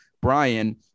Brian